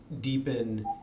deepen